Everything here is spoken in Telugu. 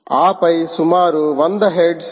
ఆపై సుమారు వంద హెర్ట్జ్ 0